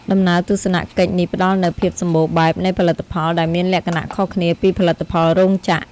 ដំណើរទស្សនកិច្ចនេះផ្តល់នូវ ភាពសម្បូរបែប នៃផលិតផល ដែលមានលក្ខណៈខុសគ្នាពីផលិតផលរោងចក្រ។